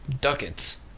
Ducats